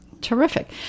terrific